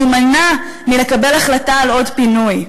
להימנע מלקבל החלטה על עוד פינוי.